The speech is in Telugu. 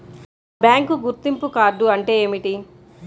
బ్యాంకు గుర్తింపు కార్డు అంటే ఏమిటి?